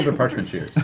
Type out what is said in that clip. and parchment, shears.